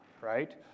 Right